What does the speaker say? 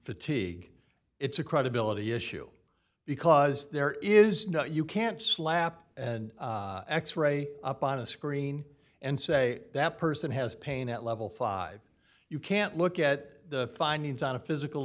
fatigue it's a credibility issue because there is no you can't slap x ray up on a screen and say that person has pain at level five you can't look at the findings on a physical